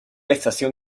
estación